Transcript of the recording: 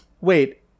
wait